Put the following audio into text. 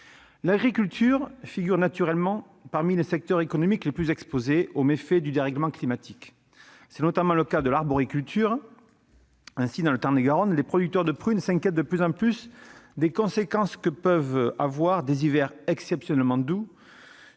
L'agriculture figure ainsi parmi les secteurs économiques les plus exposés aux méfaits du dérèglement climatique. C'est notamment le cas de l'arboriculture. Ainsi, dans le Tarn-et-Garonne, les producteurs de prunes s'inquiètent de plus en plus des conséquences que peuvent avoir des hivers exceptionnellement doux